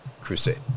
crusade